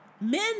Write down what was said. Men